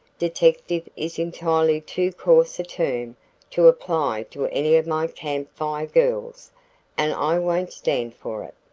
detective is entirely too coarse a term to apply to any of my camp fire girls and i won't stand for it.